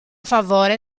favore